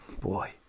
Boy